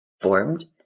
formed